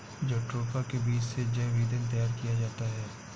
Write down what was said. jatropha के बीज से जैव ईंधन तैयार किया जाता है